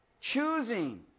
choosing